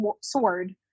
sword